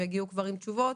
והם כבר יגיעו עם תשובות,